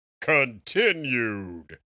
continued